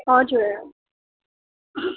हजुर